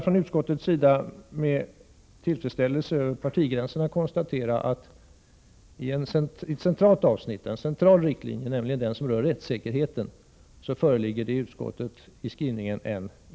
Från utskottets sida kan vi över partigränserna med tillfredsställelse konstatera att det beträffande en central riktlinje, nämligen den som rör rättssäkerheten, föreligger enighet i utskottets skrivning.